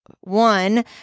one